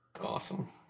Awesome